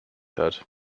hat